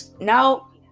Now